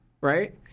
Right